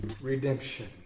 redemption